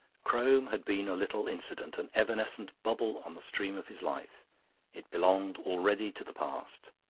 crome had been a little incident, an evanescent bubble on the stream of his life it belonged already to the past.